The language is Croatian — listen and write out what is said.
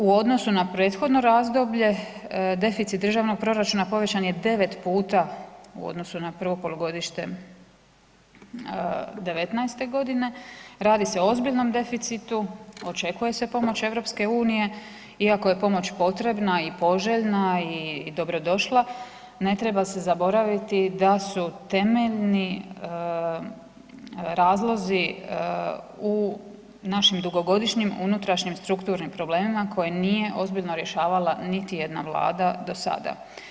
U odnosu na prethodno razdoblje, deficit državnog proračuna, povećan je 9 puta u odnosu na prvo polugodište 2019., radi se o ozbiljnom deficitu, očekuje se pomoć EU-a, iako je pomoć potrebna i poželjna i dobrodošla, ne treba se zaboraviti da su temeljni razlozi u našim dugogodišnjim unutrašnjim strukturnim problemima koji nije ozbiljno rješavala niti jedna Vlada do sada.